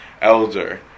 elder